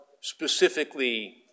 specifically